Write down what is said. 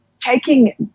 taking